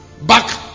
Back